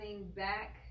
back